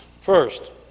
First